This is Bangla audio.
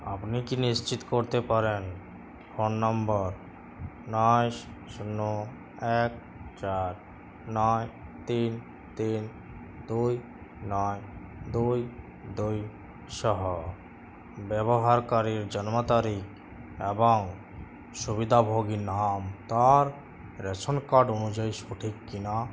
আপনি কি নিশ্চিত করতে পারেন ফোন নম্বর নয় স শূন্য এক চার নয় তিন তিন দুই নয় দুই দুইসহ ব্যবহারকারীর জন্ম তারিখ এবং সুবিধাভোগী নাম তার র্যাশন কার্ড অনুযায়ী সঠিক কিনা